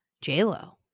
j-lo